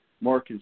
more